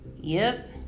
Yep